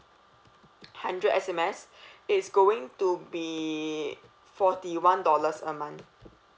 hundred S_M_S is going to be forty one dollars a month